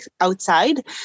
outside